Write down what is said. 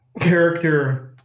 character